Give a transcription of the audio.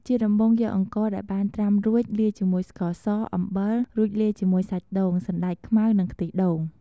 ជាដំបូងយកអង្ករដែលបានត្រាំរួច លាយជាមួយស្ករស អំបិល រួចលាយជាមួយសាច់ដូង សណ្ដែកខ្មៅ និងខ្ទិះដូង។